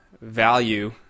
value